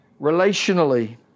relationally